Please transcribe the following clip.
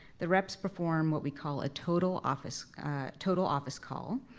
the reps perform what we call a total office total office call,